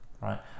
right